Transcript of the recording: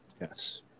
Yes